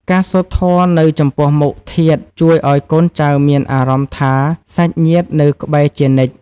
ការសូត្រធម៌នៅចំពោះមុខធាតុ ជួយឱ្យកូនចៅមានអារម្មណ៍ថាសាច់ញាតិនៅក្បែរជានិច្ច។